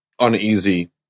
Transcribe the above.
uneasy